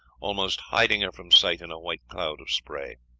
almost hiding her from sight in a white cloud of spray.